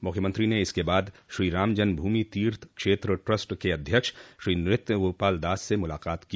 मुख्यमंत्री ने इसके बाद श्रीराम जन्मभूमि तीर्थ क्षेत्र ट्रस्ट के अध्यक्ष श्री नृत्य गोपाल दास से मुलाकात की